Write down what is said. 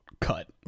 cut